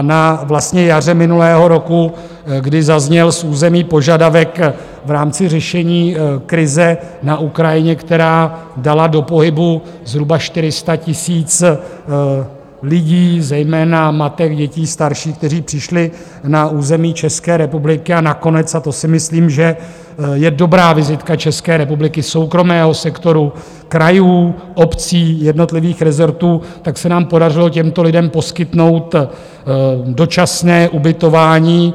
Na jaře minulého roku, kdy zazněl z území požadavek v rámci řešení krize na Ukrajině, která dala do pohybu zhruba 400 000 lidí, zejména matek, dětí, starších, kteří přišli na území České republiky, a nakonec, a to si myslím, že je dobrá vizitka České republiky, soukromého sektoru, krajů, obcí, jednotlivých rezortů, tak se nám podařilo těmto lidem poskytnout dočasné ubytování.